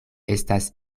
estas